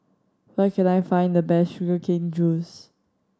where can I find the best sugar cane juice